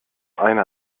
eine